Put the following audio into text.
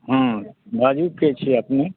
हूँ बाजू के छी अपने